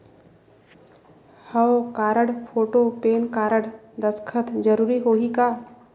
हव card, photo, PAN card, दस्खत जरूरी होही का?